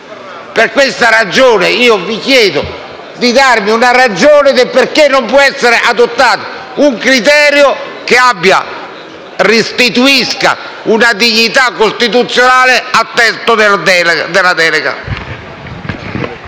Per questa ragione vi chiedo di spiegarmi perché non può essere adottato un criterio che restituisca una dignità costituzionale al testo della delega.